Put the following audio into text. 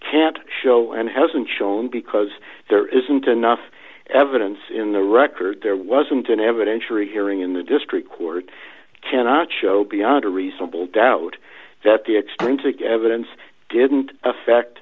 can't show and hasn't shown because there isn't enough evidence in the record there wasn't an evidentiary hearing in the district court cannot show beyond a reasonable doubt that the extrinsic evidence didn't affect